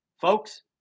folks